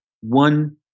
one